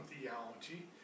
theology